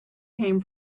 came